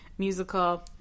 musical